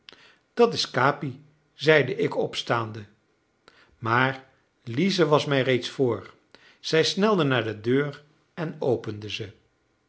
dat is capi zeide ik opstaande maar lize was mij reeds voor zij snelde naar de deur en opende ze